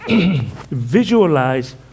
visualize